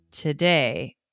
Today